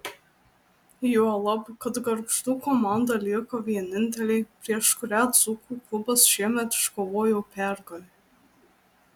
juolab kad gargždų komanda lieka vienintelė prieš kurią dzūkų klubas šiemet iškovojo pergalę